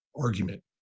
argument